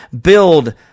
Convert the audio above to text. build